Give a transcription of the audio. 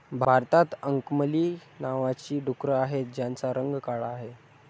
भारतात अंकमली नावाची डुकरं आहेत, त्यांचा रंग काळा आहे